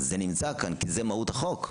אז זה נמצא כאן כי זה מהות החוק.